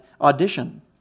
audition